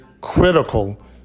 critical